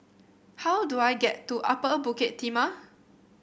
how do I get to Upper Bukit Timah